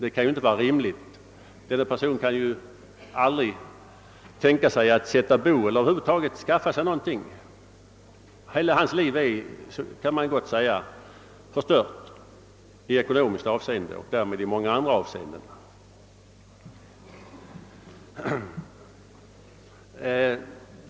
Det kan inte vara rimligt; han skulle ju aldrig kunna sätta bo eller över huvud taget skaffa sig någonting. Man kan gott säga att hela hans liv är förstört i ekonomiskt avseende och därmed i många andra avseenden.